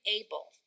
able